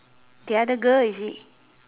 the other girl is it